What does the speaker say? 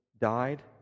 died